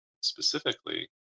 specifically